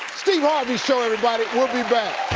steve harvey show, everybody, we'll be back!